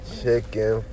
chicken